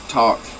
talk